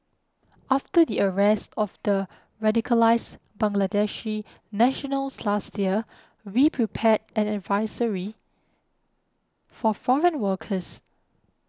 after the arrest of the radicalised Bangladeshi nationals last year we prepared an advisory for foreign workers